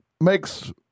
makes